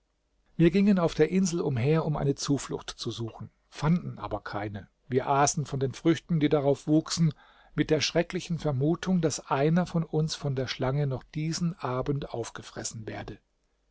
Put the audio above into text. wir gingen auf der insel umher um eine zuflucht zu suchen fanden aber keine wir aßen von den früchten die darauf wuchsen mit der schrecklichen vermutung daß einer von uns von der schlange noch diesen abend aufgefressen werde